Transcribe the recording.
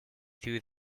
through